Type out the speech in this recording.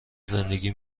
زندگی